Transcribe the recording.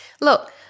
Look